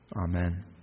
Amen